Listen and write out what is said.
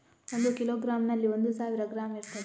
ಒಂದು ಕಿಲೋಗ್ರಾಂನಲ್ಲಿ ಒಂದು ಸಾವಿರ ಗ್ರಾಂ ಇರ್ತದೆ